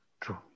True